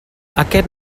aquest